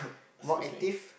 more active